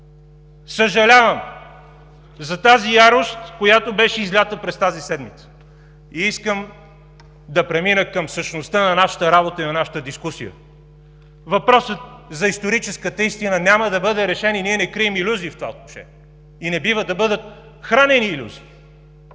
Съжалявам за тази ярост, която беше излята през тази седмица, и искам да премина към същността на нашата работа и на нашата дискусия. Въпросът за историческата истина няма да бъде решен и ние не крием илюзии в това отношение. Не бива да бъдат хранени илюзии.